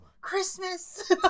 Christmas